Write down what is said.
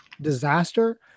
disaster